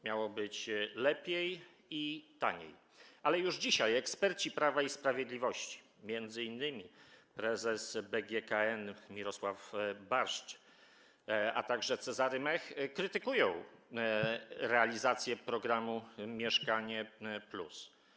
Miało być lepiej i taniej, ale już dzisiaj eksperci Prawa i Sprawiedliwości, m.in. prezes BGKN Mirosław Barszcz, a także Cezary Mech, krytykują realizację programu „Mieszkanie+”